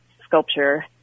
sculpture